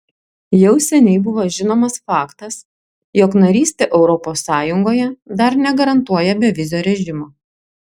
jau seniai buvo žinomas faktas jog narystė europos sąjungoje dar negarantuoja bevizio režimo